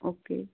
okay